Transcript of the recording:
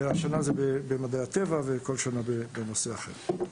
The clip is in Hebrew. השנה זה במדעי הטבע וכל שנה בנושא אחר.